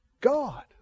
God